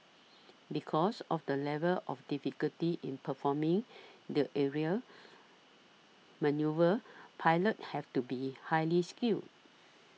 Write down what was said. because of the level of difficulty in performing the aerial manoeuvres pilots have to be highly skilled